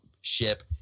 ship